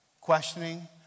Questioning